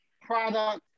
product